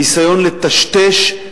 ניסיון לטשטש,